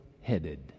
headed